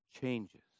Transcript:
changes